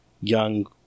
young